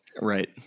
Right